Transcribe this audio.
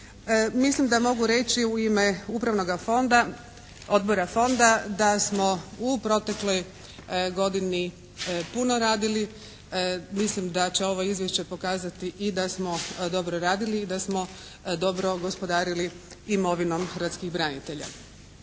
Mislim da mogu reći u ime Upravnog odbora fonda da smo u protekloj godini puno radili. Mislim da će ovo izvješće pokazati i da smo dobro radili i da smo dobro gospodarili imovinom hrvatskih branitelja.